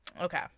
Okay